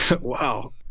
Wow